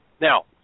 Now